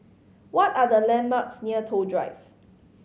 what are the landmarks near Toh Drive